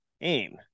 aim